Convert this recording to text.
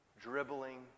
dribbling